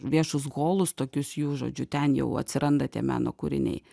viešus holus tokius jų žodžiu ten jau atsiranda tie meno kūriniai